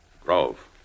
Grove